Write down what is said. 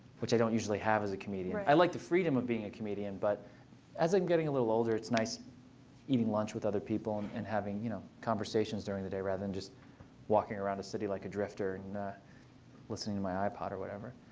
which i don't usually have as a comedian. i i like the freedom of being a comedian. but as i'm getting a little older, it's nice eating lunch with other people and having you know conversations during the day, rather than just walking around the city like a drifter listening to my ipod or whatever.